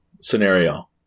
scenario